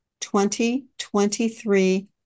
2023